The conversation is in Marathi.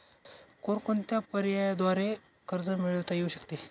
कोणकोणत्या पर्यायांद्वारे कर्ज मिळविता येऊ शकते?